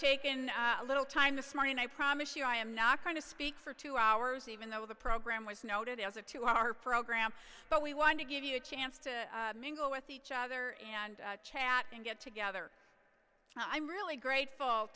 taken a little time this morning i promise you i am not going to speak for two hours even though the program was noted as a two hour program but we want to give you a chance to mingle with each other and chat and get together and i'm really grateful